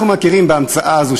אנחנו מכירים בהמצאה הזאת,